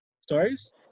stories